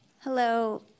Hello